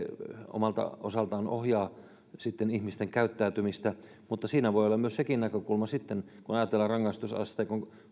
omalta osaltaan ohjaa ihmisten käyttäytymistä mutta siinä voi sitten olla myös sekin näkökulma kun ajatellaan rangaistusasteikon